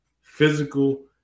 physical